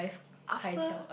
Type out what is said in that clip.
after